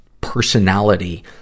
personality